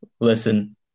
Listen